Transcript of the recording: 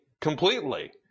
completely